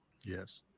Yes